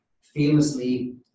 Famously